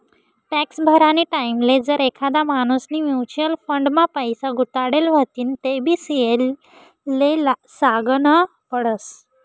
tax भरानी टाईमले जर एखादा माणूसनी म्युच्युअल फंड मा पैसा गुताडेल व्हतीन तेबी सी.ए ले सागनं पडस